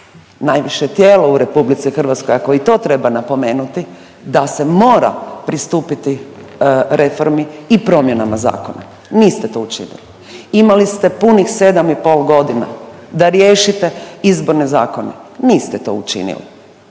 najviše tijelo u RH ako i to treba napomenuti da se mora pristupiti reformi i promjenama zakona. Niste to učinili. Imali ste punih 7 i pol godina da riješite izborne zakone, niste to učinili.